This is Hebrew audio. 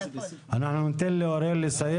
אני שם את זה לרגע בצד.